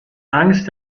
angst